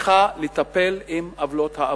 צריכה לטפל בעוולות העבר.